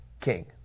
king